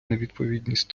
невідповідність